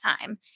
time